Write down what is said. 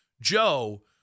Joe